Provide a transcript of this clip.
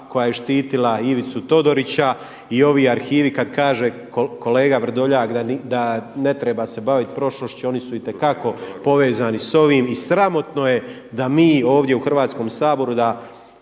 koja je štitila Ivicu Todorića. I ovi arhivi kada kaže kolega Vrdoljak da ne treba se baviti prošlošću oni su itekako povezani s ovim. I sramotno je da mi ovdje u Hrvatskom saboru